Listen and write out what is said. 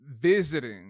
visiting